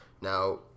Now